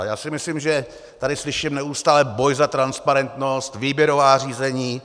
Já si myslím, že tady slyším neustále boj za transparentnost, výběrová řízení.